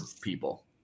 people